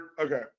Okay